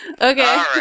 Okay